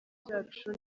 cyacu